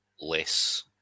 less